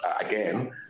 again